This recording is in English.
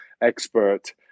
expert